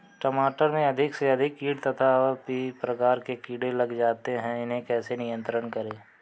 टमाटर में अधिक से अधिक कीट तथा और भी प्रकार के कीड़े लग जाते हैं इन्हें कैसे नियंत्रण करें?